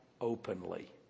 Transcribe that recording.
openly